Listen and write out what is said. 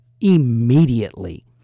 immediately